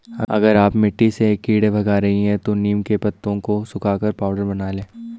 अगर आप मिट्टी से कीड़े भगा रही हैं तो नीम के पत्तों को सुखाकर पाउडर बना लें